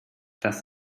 das